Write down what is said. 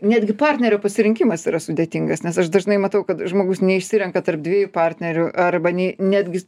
netgi partnerio pasirinkimas yra sudėtingas nes aš dažnai matau kad žmogus neišsirenka tarp dviejų partnerių arba nei netgi